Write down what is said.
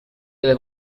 delle